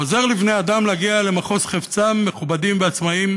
עוזר לבני-אדם להגיע למחוז חפצם מכובדים ועצמאיים